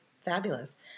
fabulous